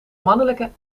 mannelijke